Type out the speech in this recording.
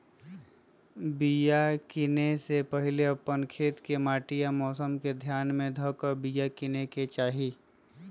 बिया किनेए से पहिले अप्पन खेत के माटि आ मौसम के ध्यान में ध के बिया किनेकेँ चाही